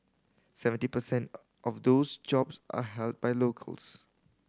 seventy per cent of those jobs are held by locals